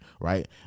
right